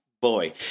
Boy